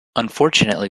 unfortunately